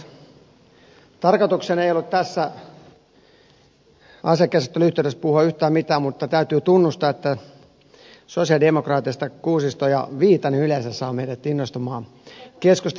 tarkoitukseni ei ollut tässä asian käsittelyn yhteydessä puhua yhtään mitään mutta täytyy tunnustaa että sosialidemokraateista kuusisto ja viitanen yleensä saavat meidät innostumaan keskustelemaan aiheesta